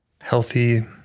healthy